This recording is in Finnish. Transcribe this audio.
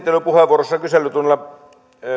puheenvuorossaan kyselytunnilla